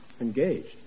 Engaged